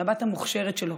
לבת המוכשרת שלו,